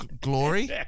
glory